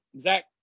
Zach